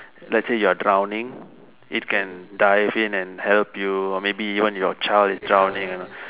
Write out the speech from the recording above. like actually you're drowning it can dive in and help you or maybe even if your child is drowning